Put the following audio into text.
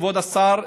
כבוד השר,